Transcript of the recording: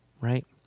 right